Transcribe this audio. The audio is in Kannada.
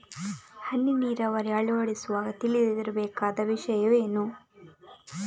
ಹನಿ ನೀರಾವರಿ ಅಳವಡಿಸುವಾಗ ತಿಳಿದಿರಬೇಕಾದ ವಿಷಯವೇನು?